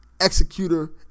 Executor